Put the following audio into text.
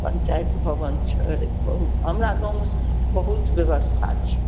पञ्चायत भवन छै बहुत हमरा गाँवमे बहुत ब्यवस्था छै